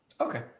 Okay